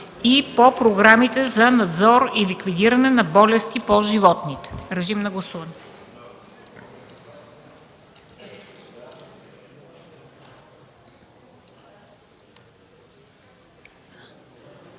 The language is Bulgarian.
и по програмите за надзор и ликвидиране на болести по животните”. Гласували